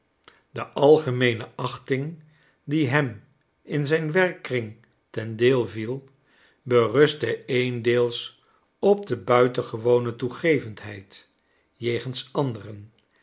de algemeene achting die hem in zijn werkkring ten deel viel berustte eendeels op de buitengewone toegevendheid jegens anderen en